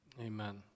amen